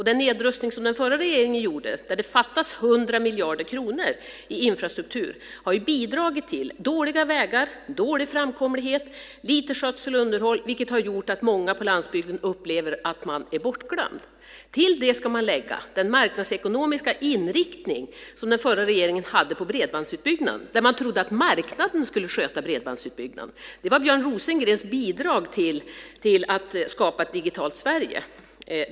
Den nedrustning som den förra regeringen gjorde, där det fattades 100 miljarder kronor i infrastruktur, har bidragit till dåliga vägar, dålig framkomlighet och liten skötsel och underhåll. Det har gjort att många på landsbygden upplever att de är bortglömda. Till detta ska man lägga den marknadsekonomiska inriktning som den förra regeringen hade på bredbandsutbyggnaden. Man trodde att marknaden skulle sköta bredbandsutbyggnaden. Det var Björn Rosengrens bidrag till att skapa ett digitalt Sverige.